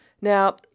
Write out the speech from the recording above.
Now